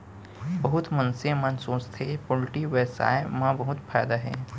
बहुत मनसे मन सोचथें पोल्टी बेवसाय म बहुत फायदा हे